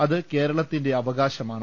അത് കേരളത്തിന്റെ അവകാശമാണ്